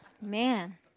Man